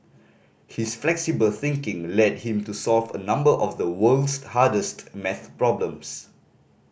his flexible thinking led him to solve a number of the world's hardest maths problems